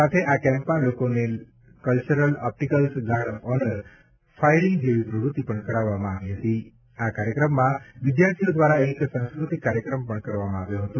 સાથે આ કેમ્પમાં લોકોને ક્લચર ઓપ્ટિકલસગાર્ડ ઓફ ઓનરફાયરિંગ જેવી પ્રવૃત્તિ પણ કરાવવામાં આવી હતી આ કાર્યક્રમમાં વિદ્યાર્થીઓ દ્વારા એક સાંસ્કૃતિક કાર્યક્રમ પણ કરવામાં આવ્યો હતો